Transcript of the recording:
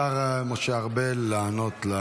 השר משה ארבל לענות.